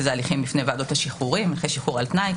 שאלו הליכים בפני ועדות השחרורים אחרי שחרור על תנאי,